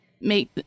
make